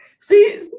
See